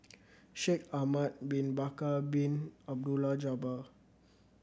Shaikh Ahmad Bin Bakar Bin Abdullah Jabbar